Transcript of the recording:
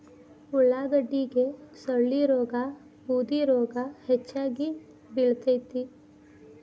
ಉಳಾಗಡ್ಡಿಗೆ ಸೊಳ್ಳಿರೋಗಾ ಬೂದಿರೋಗಾ ಹೆಚ್ಚಾಗಿ ಬಿಳತೈತಿ